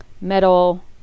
metal